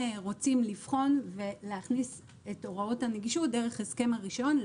רוצים לבחון ולהכניס את הוראות הנגישות דרך ההסכם הראשון.